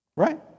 Right